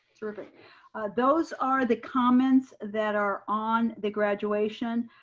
terrific those are the comments that are on the graduation.